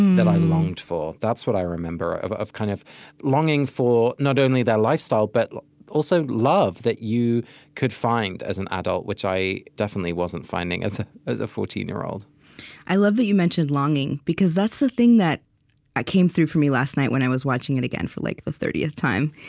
that i longed for. that's what i remember of of kind of longing for not only their lifestyle, but also, love that you could find as an adult, which i definitely wasn't finding as ah as a fourteen year old i love that you mentioned longing, because that's the thing that came through for me last night, when i was watching it again for, like, the thirtieth time,